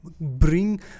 bring